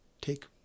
take